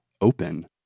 open